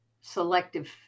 selective